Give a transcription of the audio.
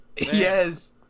Yes